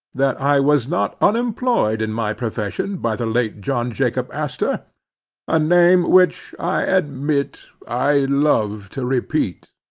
that i was not unemployed in my profession by the late john jacob astor a name which, i admit, i love to repeat,